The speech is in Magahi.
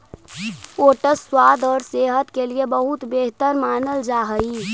ओट्स स्वाद और सेहत के लिए बहुत बेहतर मानल जा हई